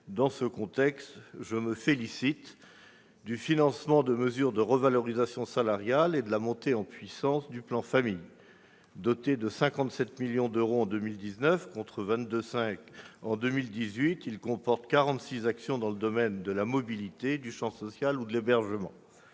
Dans ce contexte, je me félicite du financement de mesures de revalorisation salariale et de la montée en puissance du plan Famille. Doté de 57 millions d'euros en 2019, contre 22,5 millions d'euros en 2018, ce plan comporte 46 actions relatives à la mobilité, au champ social ou encore à l'hébergement.